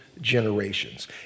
generations